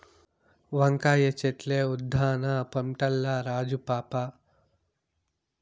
వంకాయ చెట్లే ఉద్దాన పంటల్ల రాజు పాపా